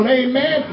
amen